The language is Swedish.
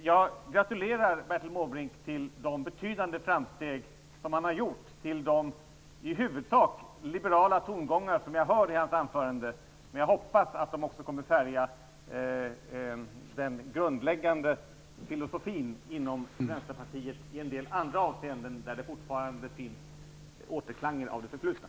Jag gratulerar alltså Bertil Måbrink till de betydande framsteg som han har gjort och till de i huvudsak liberala tongångar som jag hörde i hans anförande, men jag hoppas att de också kommer att färga den grundläggande filosofin inom Vänsterpartiet i en del andra avseenden, där det fortfarande finns återklanger av det förflutna.